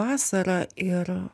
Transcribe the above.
vasarą ir